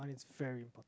very important